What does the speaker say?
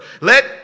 let